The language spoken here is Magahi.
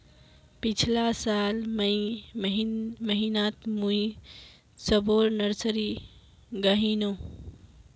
पिछला साल मई महीनातमुई सबोर नर्सरी गायेनू